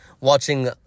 watching